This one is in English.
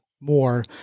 more